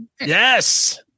Yes